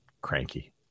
cranky